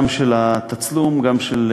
גם של התצלום, גם של